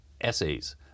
essays